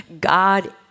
God